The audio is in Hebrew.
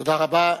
תודה רבה.